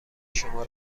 شما